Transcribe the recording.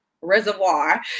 reservoir